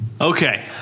Okay